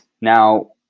now